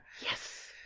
Yes